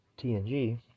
TNG